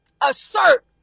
assert